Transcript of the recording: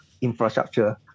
infrastructure